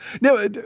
Now